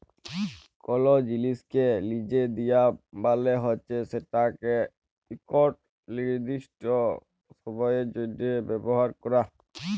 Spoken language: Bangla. কল জিলিসকে লিজে দিয়া মালে হছে সেটকে ইকট লিরদিস্ট সময়ের জ্যনহে ব্যাভার ক্যরা